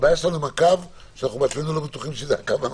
הבעיה שלנו עם הקו שאנחנו בעצמנו לא בטוחים שזה הקו הנכון.